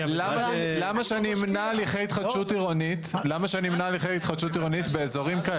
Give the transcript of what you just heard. למה שאני אמנע הליכי התחדשות עירונית באזורים כאלה?